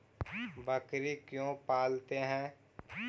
बकरी क्यों पालते है?